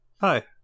hi